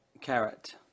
Carrot